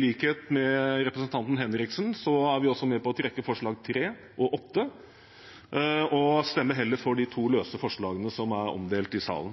likhet med representanten Henriksen er vi med på å trekke forslagene nr. 3 og 8 og stemmer heller for forslagene nr. 9 og 10, som er omdelt i salen. Regjeringa bygger sin politikk på Jeløya-erklæringen, som slår fast at enhetsmodellen står fast i Norge. Vi har også en politikk som